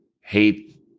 hate